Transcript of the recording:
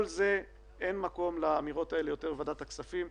אין מקום לאמירות האלה יותר בוועדת הכספים.